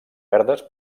verdes